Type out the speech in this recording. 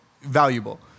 valuable